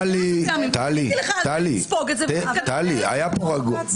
טלי, היה כאן רגוע.